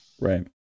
Right